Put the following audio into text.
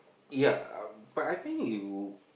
ya uh but I think you